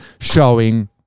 showing